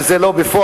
שזה לא בפועל,